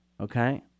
okay